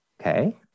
okay